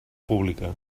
pública